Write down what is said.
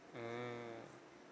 mmhmm